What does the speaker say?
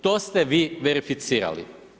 To ste vi verificirali.